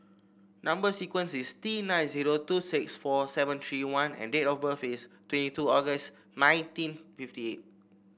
number sequence is T nine zero two six four seven three one and date of birth is twenty two August nineteen fifty eight